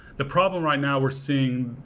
the problem right now we're seeing,